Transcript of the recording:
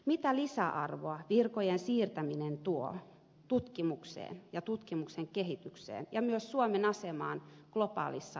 mitä lisäarvoa virkojen siirtäminen tuo tutkimukseen ja tutkimuksen kehitykseen ja myös suomen asemaan globaalissa ympäristössä